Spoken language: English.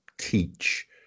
teach